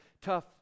tough